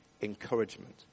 encouragement